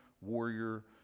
warrior